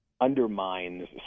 undermines